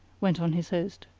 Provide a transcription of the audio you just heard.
went on his host.